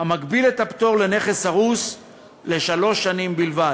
המגביל את הפטור לנכס הרוס לשלוש שנים בלבד,